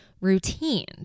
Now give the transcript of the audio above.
routines